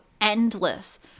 endless